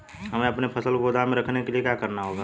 हमें अपनी फसल को गोदाम में रखने के लिये क्या करना होगा?